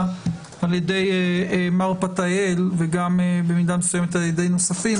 על ידי מר פתאל ובמידה מסוימת גם על ידי נוספים,